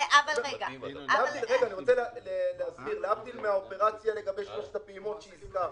להבדיל מהאופרציה לגבי שלושת הפעימות שהזכרת,